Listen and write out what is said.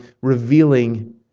revealing